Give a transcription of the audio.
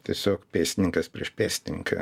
tiesiog pėstininkas prieš pėstininką